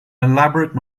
elaborate